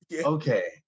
okay